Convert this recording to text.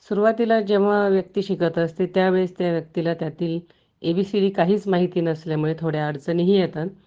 सुरुवातीला जेव्हा व्यक्ती शिकत असते त्यावेळेस त्या व्यक्तीला त्यातील ए बी सी डी काहीच माहिती नसल्यामुळे थोड्या अडचणीही येतात